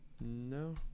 no